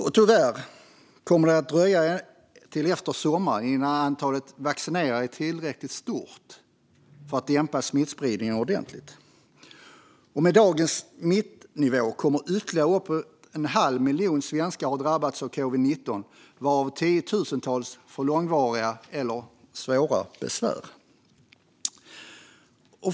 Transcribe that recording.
Tyvärr kommer det att dröja till efter sommaren innan antalet vaccinerade är tillräckligt stort för att smittspridningen ska dämpas ordentligt. Med dagens smittnivå kommer ytterligare uppemot en halv miljon svenskar att ha drabbats av covid-19, varav tiotusentals kommer att få långvariga eller svåra besvär.